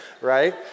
Right